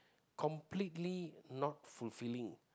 completely not fulfilling